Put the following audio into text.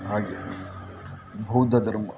ಹಾಗೆ ಬೌದ್ಧ ಧರ್ಮ